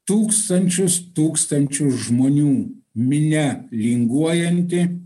tūkstančius tūkstančius žmonių minia linguojanti